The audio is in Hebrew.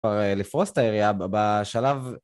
לפרוס את העירייה בשלב...